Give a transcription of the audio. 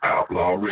Outlaw